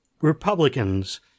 Republicans